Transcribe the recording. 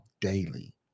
daily